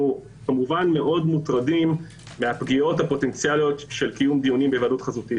מאוד מוטרדים מהפגיעות הפוטנציאליות של קיום דיונים בהיוועדות חזותית.